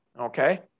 Okay